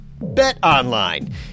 BetOnline